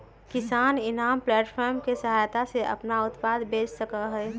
किसान eNAM platform के सहायता से अपन उत्पाद बेच सका हई